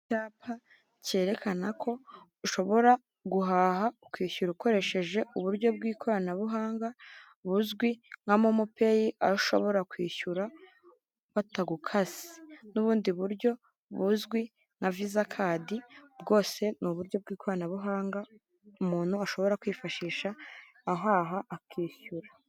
Icyapa cyerekana ko ushobora guhaha, ukishyura ukoresheje uburyo bw'ikoranabuhanga buzwi nka momo peyi, aho ushobora kwishyura batagukase. N'ubundi buryo buzwi nka visakadi, bwose ni uburyo bw'ikoranabuhanga umuntu ashobora kwifashisha ahaha, akishyura.